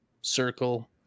circle